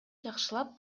жакшылап